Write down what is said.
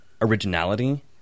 originality